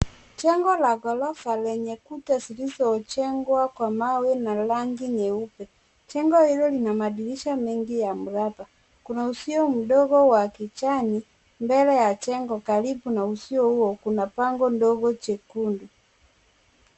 Jengo la ghorofa, lenye kuta zilizojengwa kwa mawe na rangi nyeupe. Jengo hilo lina madirisha mengi ya mraba, kuna Uzio mdogo wa kijani, mbele ya jengo karibu na Uzio huo, kuna bango kubwa jekundu.